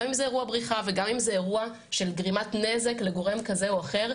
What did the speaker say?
גם אם זה אירוע בריחה וגם אם זה אירוע של גרימת נזק לגורם כזה או אחר.